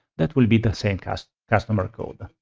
that will be the same customer customer code.